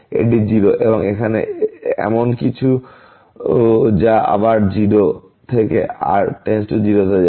এটি 0 এবং এখানে এমন কিছু যা আবার 0 থেকে r → 0 তে যায়